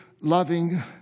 loving